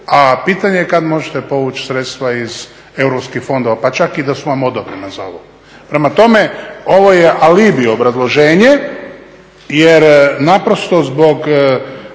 a pitanje je kada možete povući sredstva iz Europskih fondova, pa čak i da su vam odobrena za ovo. Prema tome, ovo je alibi obrazloženje jer naprosto zbog